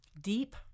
deep